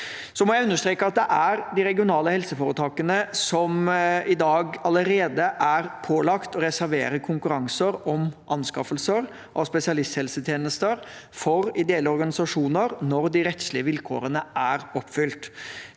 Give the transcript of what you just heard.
jeg understreke at det er de regionale helseforetakene som i dag allerede er pålagt å reservere konkurranser om anskaffelser av spesialisthelsetjenester for ideelle organisasjoner når de rettslige vilkårene er oppfylt.